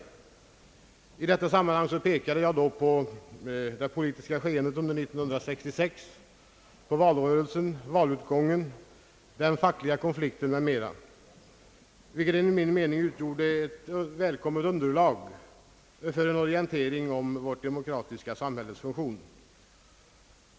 Jag pekade i detta sammanhang på det politiska skeendet under 1966, på valrörelsen, valutgången, den fackliga konflikten m.m., vilket enligt min mening utgjorde ett välkommet underlag för en orientering om vårt demokratiska samhälles funktion.